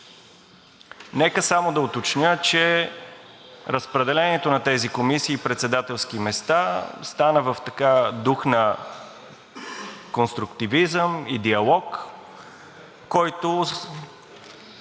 Нека само да уточня, че разпределението на тези комисии и председателски места стана в дух на „конструктивизъм и диалог“, който